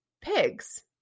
pigs